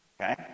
okay